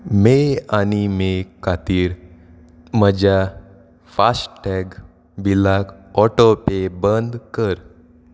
मे आनी मे खातीर म्हज्या फास्टॅग बिलाक ऑटो पे बंद कर